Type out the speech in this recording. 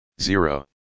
Zero